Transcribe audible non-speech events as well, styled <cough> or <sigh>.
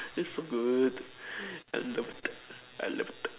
it's so good <breath> I love that I love that